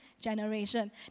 generation